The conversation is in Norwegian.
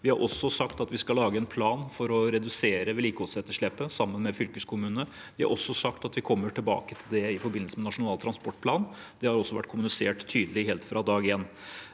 Vi har også sagt at vi skal lage en plan for å redusere vedlikeholdsetterslepet, sammen med fylkeskommunene. Og vi har sagt at vi kommer tilbake til det i forbindelse med Nasjonal transportplan. Det har vært kommunisert tydelig helt fra dag én.